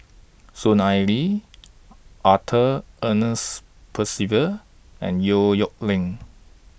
Soon Ai Ling Arthur Ernest Percival and Yong Nyuk Lin